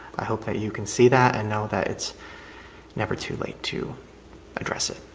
i hope that you can see that and know that it's never too late to address it